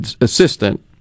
assistant